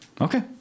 Okay